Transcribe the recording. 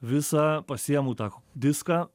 visą pasiimu tą diską